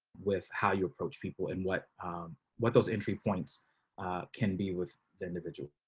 with how you approach people and what what those entry points can be with the individual